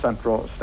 Central